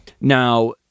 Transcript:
now